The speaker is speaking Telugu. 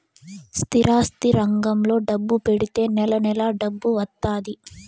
స్థిరాస్తి రంగంలో డబ్బు పెడితే నెల నెలా డబ్బు వత్తాది